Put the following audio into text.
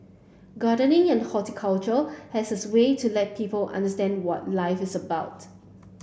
gardening and horticulture has a way to let people understand what life is about